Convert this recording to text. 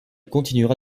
continuera